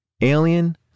Alien